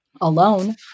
alone